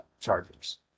Chargers